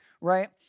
right